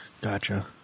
Gotcha